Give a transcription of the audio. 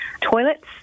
toilets